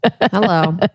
Hello